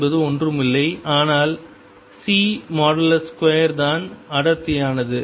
என்பது ஒன்றுமில்லை ஆனால் C2 தான் அடர்த்தியானது